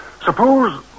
Suppose